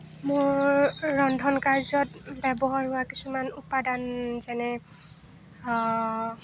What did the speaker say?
মোৰ ৰন্ধন কাৰ্য্যত ব্যৱহাৰ হোৱা কিছুমান উপাদান যেনে